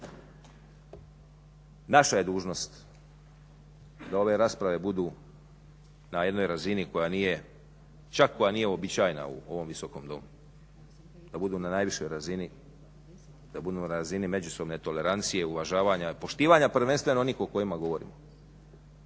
Naša je dužnost da ove rasprave budu na jednoj razini koja čak koja nije uobičajena u ovom Visokom domu da budu na najvišoj razini, da budu na razini međusobne tolerancije, uvažavanja, poštivanja prvenstveno onih o kojima govorim.